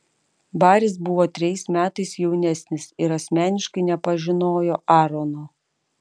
baris buvo trejais metais jaunesnis ir asmeniškai nepažinojo aarono